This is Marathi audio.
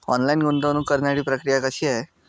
ऑनलाईन गुंतवणूक करण्यासाठी प्रक्रिया कशी आहे?